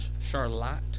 Charlotte